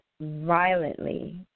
violently